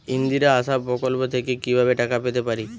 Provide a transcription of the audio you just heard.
ইন্দিরা আবাস প্রকল্প থেকে কি ভাবে টাকা পেতে পারি?